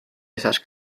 esas